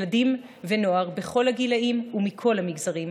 ילדים ונוער בכל הגילאים ומכל המגזרים,